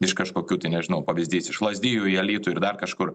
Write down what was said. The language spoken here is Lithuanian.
iš kažkokių tai nežinau pavyzdys iš lazdijų į alytų ir dar kažkur